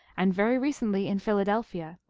and very recently in philadelphia,